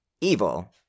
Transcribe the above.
evil